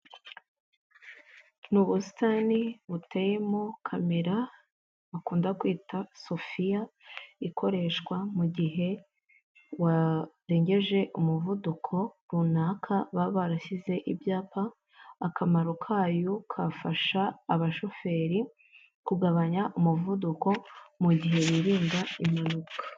Ni ubusitani buteyemo camera bakunda kwita Sophia ikoreshwa mu gihe warengeje umuvuduko runaka baba barashyize ibyapa, akamaro kayo kafasha abashoferi kugabanya umuvuduko mu gihe birinda impanuka.